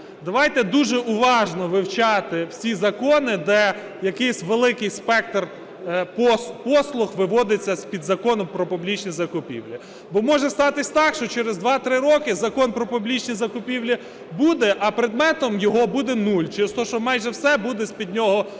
Давайте дуже уважно вивчати всі закони, де якийсь великий спектр послуг виводиться з-під Закону "Про публічні закупівлі". Бо може статися так, що через 2-3 роки Закон "Про публічні закупівлі" буде, а предметом його буде нуль, через те що майже все буде з-під нього виведено.